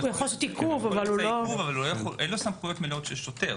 הוא יכול לעשות עיכוב אבל אין לו סמכויות מלאות של שוטר.